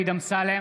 נגד אופיר אקוניס,